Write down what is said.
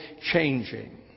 changing